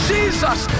Jesus